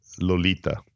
Lolita